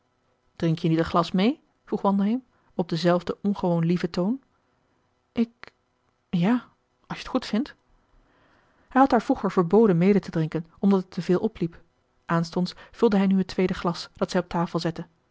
drink je niet een glas mee vroeg wandelheem op denzelfden ongewoon lieven toon marcellus emants een drietal novellen ik ja als je t goed vindt hij had haar vroeger verboden mede te drinken omdat het te veel opliep aanstonds vulde hij nu het tweede glas dat zij op tafel zette